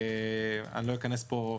לא אכנס פה לזה,